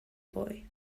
boy